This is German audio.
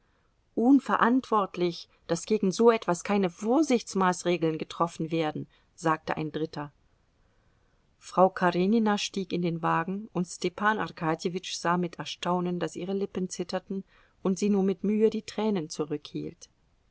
unverantwortlich daß gegen so etwas keine vorsichtsmaßregeln getroffen werden sagte ein dritter frau karenina stieg in den wagen und stepan arkadjewitsch sah mit erstaunen daß ihre lippen zitterten und sie nur mit mühe die tränen